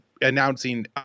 announcing